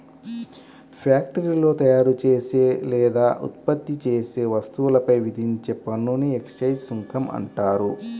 ఫ్యాక్టరీలో తయారుచేసే లేదా ఉత్పత్తి చేసే వస్తువులపై విధించే పన్నుని ఎక్సైజ్ సుంకం అంటారు